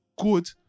good